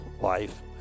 life